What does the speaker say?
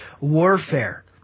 warfare